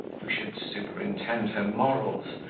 who should superintend her morals,